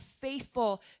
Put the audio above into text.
faithful